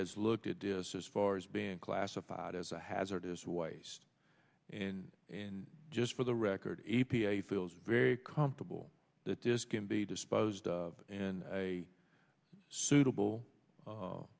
has looked at this as far as being classified as a hazardous waste and and just for the record a p a feels very comfortable that this can be disposed of and a suitable